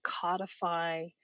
codify